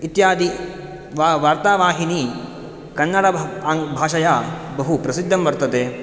इत्यादि वा वार्तावाहिनीं कन्नड आङ्ग्ल भाषया बहु प्रसिद्धं वर्तते